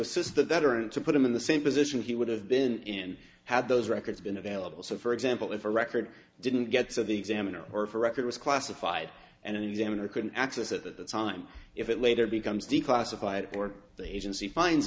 assist the veteran to put him in the same position he would have been had those records been available so for example if a record didn't get so the examiner or for record was classified and examiner couldn't access it at that time if it later becomes declassified or the agency finds